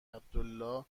عبدالله